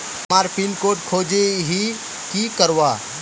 हमार pin code खोजोही की करवार?